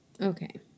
Okay